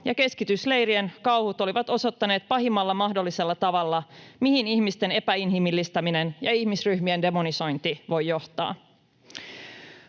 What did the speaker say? ja keskitysleirien kauhut olivat osoittaneet pahimmalla mahdollisella tavalla, mihin ihmisten epäinhimillistäminen ja ihmisryhmien demonisointi voi johtaa.